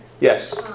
Yes